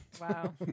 Wow